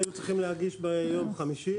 היו צריכים להגיש ביום חמישי,